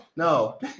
No